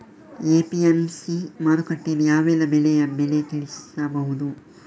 APMC ಮಾರುಕಟ್ಟೆಯಲ್ಲಿ ಯಾವೆಲ್ಲಾ ಬೆಳೆಯ ಬೆಲೆ ತಿಳಿಬಹುದು?